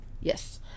Yes